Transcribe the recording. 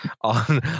on